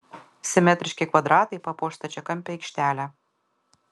simetriški kvadratai papuoš stačiakampę aikštelę